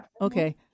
Okay